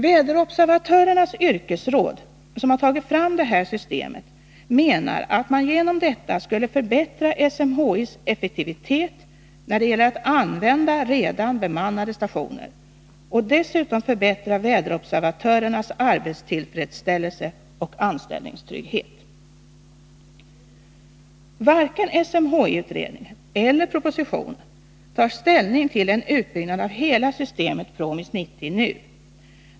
Väderobservatörernas yrkesråd, som tagit fram det här systemet, menar att man genom detta skulle förbättra SMHI:s effektivitet när det gäller att använda redan bemannade stationer och dessutom förbättra väderobservatörernas arbetstillfredsställelse och anställningstrygghet. Varken SMHI-utredningen eller propositionen tar ställning till en utbyggnad av hela systemet PROMIS 90 nu.